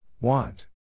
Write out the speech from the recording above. Want